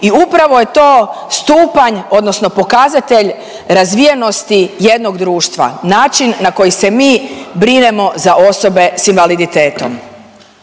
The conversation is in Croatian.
i upravo je to stupanj odnosno pokazatelj razvijenosti jednog društva, način na koji se mi brinemo za osobe s invaliditetom.